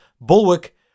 bulwark